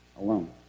alone